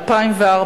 2004,